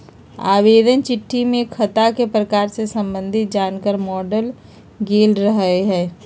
आवेदन चिट्ठी में खता के प्रकार से संबंधित जानकार माङल गेल रहइ